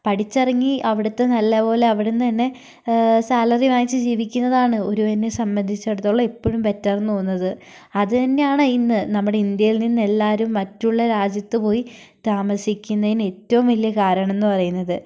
പഠിച്ചിറങ്ങി അവിടുത്തെ നല്ലപോലെ അവിടെ നിന്ന് തന്നെ സാലറി വാങ്ങിച്ച് ജീവിക്കുന്നതാണ് ഒരുവനെ സംബന്ധിച്ചെടുത്തോളം എപ്പോഴും ബെറ്റർ എന്ന് തോന്നുന്നത് അത് തന്നെയാണ് ഇന്ന് നമ്മുടെ ഇന്ത്യയിൽ നിന്ന് എല്ലാവരും മറ്റുള്ള രാജ്യത്ത് പോയി താമസിക്കുന്നതിന് ഏറ്റവും വലിയ കാരണമെന്ന് പറയുന്നത്